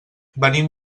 venim